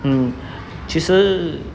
mm 其实